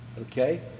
Okay